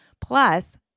plus